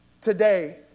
Today